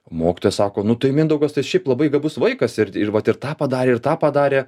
mokytojas sako nu tai mindaugas tai jis šiaip labai gabus vaikas ir ir vat ir tą padarė ir tą padarė